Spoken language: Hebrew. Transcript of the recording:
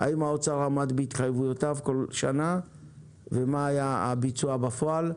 האם האוצר עמד בהתחייבויותיו בכל שנה ומה היה הביצוע בפועל,